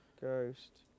Ghost